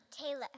Taylor